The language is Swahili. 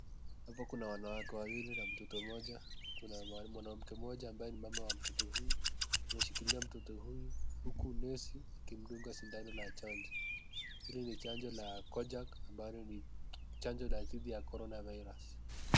Hapa kuna wanawake wawili na mtoto moja, kuna mwanamke moja ambaye ni mama wa mtoto huyu, ameshikilia mtoto huyu, huku nesi akimdunga sindano la chanjo, hili ni chanjo la Kojak, ambalo ni chanjo la dhidi ya corona virus .